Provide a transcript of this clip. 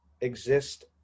exist